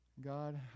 God